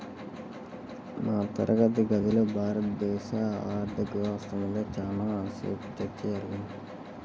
మా తరగతి గదిలో భారతదేశ ఆర్ధిక వ్యవస్థ మీద చానా సేపు చర్చ జరిగింది